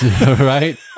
Right